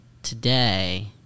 Today